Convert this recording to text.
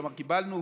כלומר קיבלנו